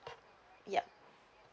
yup